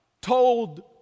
told